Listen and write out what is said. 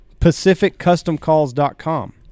PacificCustomCalls.com